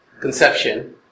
conception